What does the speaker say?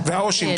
וכאילו העו"שים.